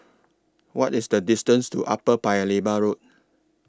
What IS The distance to Upper Paya Lebar Road